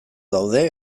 daude